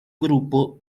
grupo